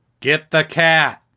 get the cat